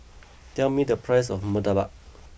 tell me the price of murtabak